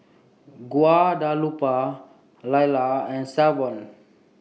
Guadalupe Lalla and Savon